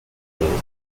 music